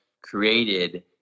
created